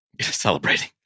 Celebrating